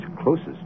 closest